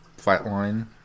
Flatline